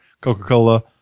Coca-Cola